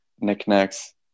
knickknacks